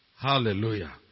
Hallelujah